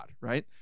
right